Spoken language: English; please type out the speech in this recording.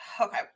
Okay